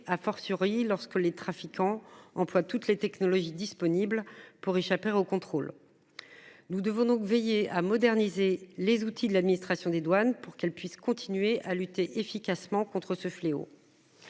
a fortiori lorsque les trafiquants emploient toutes les technologies disponibles pour échapper aux contrôles. Nous devons donc veiller à moderniser les outils de l'administration des douanes pour qu'elle puisse continuer à lutter efficacement contre ce fléau.